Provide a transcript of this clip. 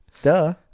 Duh